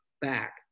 back